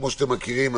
כמו שאתם מכירים,